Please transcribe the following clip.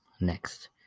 next